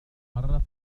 مرة